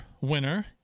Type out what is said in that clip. winner